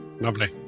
Lovely